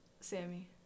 Sammy